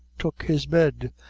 took his bed,